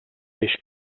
peix